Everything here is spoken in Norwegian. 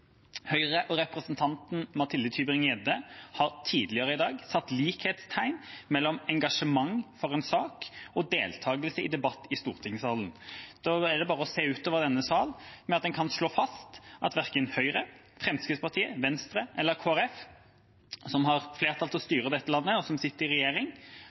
Høyre og representanten Mathilde Tybring-Gjedde har tidligere i dag satt likhetstegn mellom engasjement for en sak og deltakelse i debatt i stortingssalen. Da er det bare å se utover denne salen og slå fast at verken Høyre, Fremskrittspartiet, Venstre eller Kristelig Folkeparti, som har flertall til å styre dette landet, og hvor tre av partiene sitter i regjering,